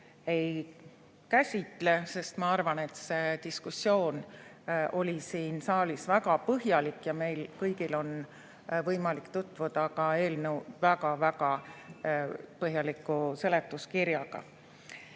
ei käsitle, sest ma arvan, et see diskussioon oli siin saalis väga põhjalik ja meil kõigil on võimalik tutvuda ka eelnõu väga-väga põhjaliku seletuskirjaga.